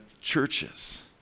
churches